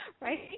Right